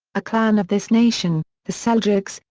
a clan of this nation, the seljuks,